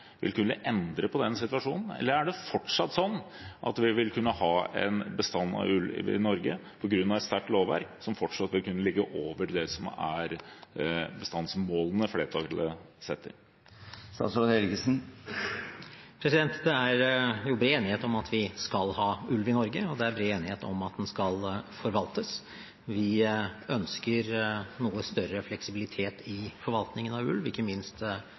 vil kunne endre på den situasjonen, eller er det sånn at vi vil kunne ha en bestand av ulv i Norge som på grunn av et sterkt lovverk fortsatt vil kunne ligge over de bestandsmålene som flertallet setter? Det er bred enighet om at vi skal ha ulv i Norge, og det er bred enighet om at den skal forvaltes. Vi ønsker noe større fleksibilitet i forvaltningen av ulv, ikke minst